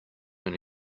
when